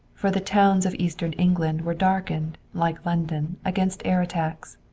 for the towns of eastern england were darkened, like london, against air attacks.